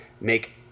make